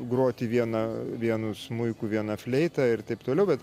groti vieną vienu smuiku viena fleita ir taip toliau bet